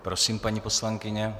Prosím, paní poslankyně.